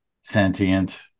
sentient